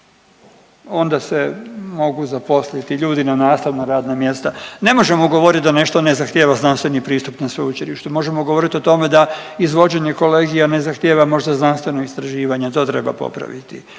onda se mogu zaposliti ljudi na nastavna radna mjesta. Ne možemo govoriti da nešto ne zahtijeva znanstveni pristup na sveučilištu. Možemo govorit o tome da izvođenje kolegija ne zahtijeva možda znanstvena istraživanja. To treba popraviti